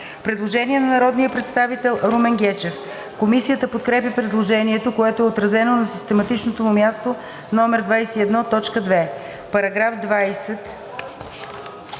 Предложение на народния представител Румен Гечев. Комисията подкрепя предложението, което е отразено на систематичното му място като § 21, т. 2.